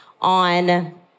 on